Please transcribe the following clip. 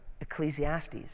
Ecclesiastes